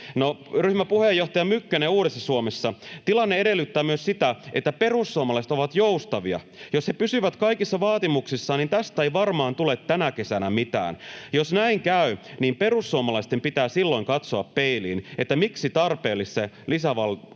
Ryhmäpuheenjohtaja Mykkänen Uudessa Suomessa: ”Tilanne edellyttää myös sitä, että perussuomalaiset ovat joustavia. Jos he pysyvät kaikissa vaatimuksissaan, niin tästä ei varmaan tule tänä kesänä mitään. Jos näin käy, niin perussuomalaisten pitää silloin katsoa peiliin, että miksi tarpeellisia lisävaltuuksia